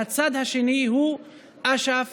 הצד השני הוא אש"ף,